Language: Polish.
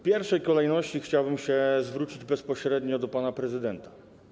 pierwszej kolejności chciałbym się zwrócić bezpośrednio do pana prezydenta.